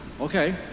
Okay